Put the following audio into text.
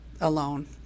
alone